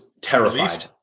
terrified